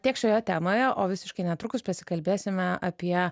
tiek šioje temoje o visiškai netrukus pasikalbėsime apie